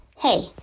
Hey